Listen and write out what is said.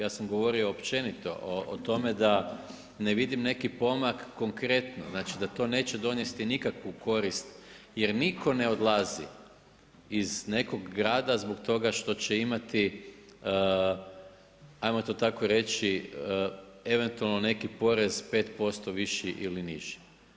Ja sam govorio općenito o tome da ne vidim neki pomak konkretno, znači da to neće donijeti nikakvu korist jer nitko ne odlazi iz nekog grada zbog toga što će imati ajmo to tako reći eventualno neki porez 5% viši ili niži.